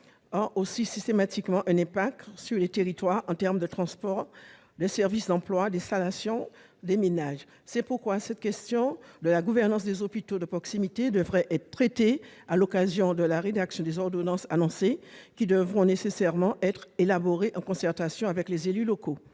ont aussi systématiquement un impact sur les territoires en termes de transports, de services, d'emploi, d'installation des ménages ... C'est pourquoi la question de la gouvernance des hôpitaux de proximité devra être traitée à l'occasion de la rédaction des ordonnances annoncées, qui devront nécessairement être élaborées en concertation avec les associations